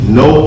no